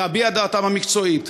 להביע את דעתם המקצועית,